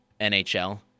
NHL